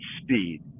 speed